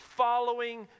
Following